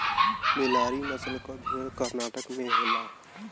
बेल्लारी नसल क भेड़ कर्नाटक में होला